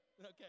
okay